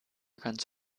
ganz